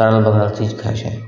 तरल भरल चीज खाइ छै